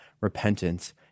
repentance